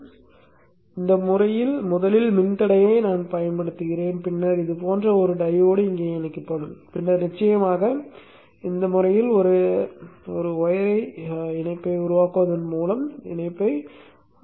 எனவே இந்த முறையில் முதலில் மின்தடையைப் பயன்படுத்துகிறேன் பின்னர் இது போன்ற ஒரு டையோடு இங்கே இணைக்கப்படும் பின்னர் நிச்சயமாக இந்த பாணியில் ஒரு கம்பி இணைப்பை உருவாக்குவதன் மூலம் இணைப்பை முடிக்கவும்